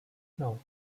nol